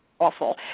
Awful